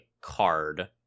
card